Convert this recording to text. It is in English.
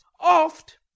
oft